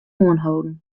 oanholden